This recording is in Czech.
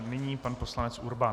Nyní pan poslanec Urban.